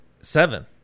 seven